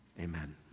Amen